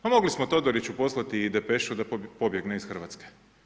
Pa mogli smo Todoriću poslati i depešu da pobjegne iz Hrvatske.